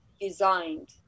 designed